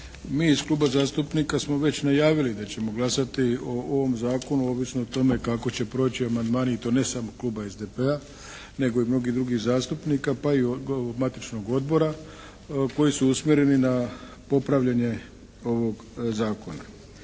Mi iz kluba zastupnika smo već najavili da ćemo glasati o ovom zakonu ovisno o tome kako će proći amandmani to ne samo kluba SDP-a nego i mnogih drugih zastupnika pa i matičnog odbora koji su usmjereni na popravljanje ovog zakona.